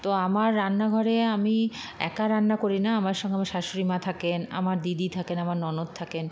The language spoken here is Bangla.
তো আমার রান্নাঘরে আমি একা রান্না করি না আমার সঙ্গে আমার শাশুড়ি মা থাকেন আমার দিদি থাকেন আমার ননদ থাকেন